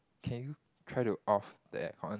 can you try to off the air con